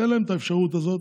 תן להם את האפשרות הזאת,